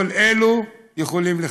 כל אלו יכולים לחכות.